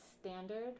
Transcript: standard